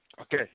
Okay